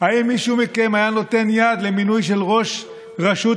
האם מישהו מכם היה נותן יד למינוי של ראש רשות